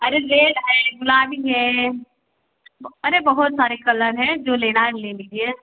अरे रेड है गुलाबी है ब अरे बहुत सारे कलर हैं जो लेना है ले लीजिए